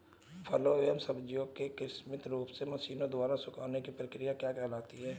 फलों एवं सब्जियों के कृत्रिम रूप से मशीनों द्वारा सुखाने की क्रिया क्या कहलाती है?